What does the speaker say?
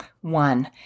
One